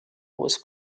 was